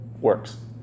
works